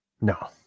No